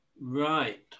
Right